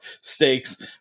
stakes